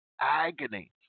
agony